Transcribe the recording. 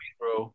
bro